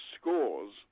scores